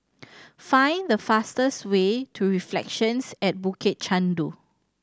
find the fastest way to Reflections at Bukit Chandu